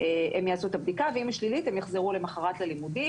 הם יעשו את הבדיקה ואם היא יוצאת שלילית הם יחזרו למחרת ללימודים,